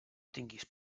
tingues